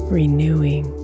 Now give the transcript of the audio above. renewing